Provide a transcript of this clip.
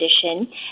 condition